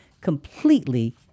completely